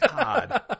God